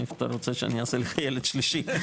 מאיפה אתה רוצה שאני אעשה לך ילד שלישי'?